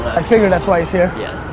i figured that's why he's here. yeah.